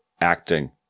acting